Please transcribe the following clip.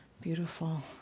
beautiful